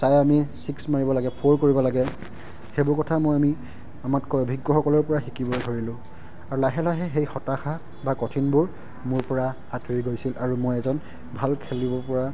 চাই আমি ছিক্স মাৰিব লাগে ফ'ৰ কৰিব লাগে সেইবোৰ কথা মই আমি আমাক কৈ অভিজ্ঞসকলৰ পৰা শিকিব পাৰিলোঁ আৰু লাহে লাহে সেই হতাশা বা কঠিনবোৰ মোৰ পৰা আঁতৰি গৈছিল আৰু মই এজন ভাল খেলিব পৰা